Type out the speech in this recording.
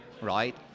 Right